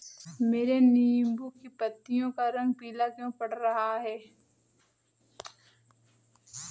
मेरे नींबू की पत्तियों का रंग पीला क्यो पड़ रहा है?